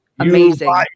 Amazing